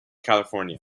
california